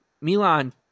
Milan